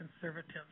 conservatives